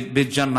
בית ג'ן,